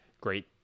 great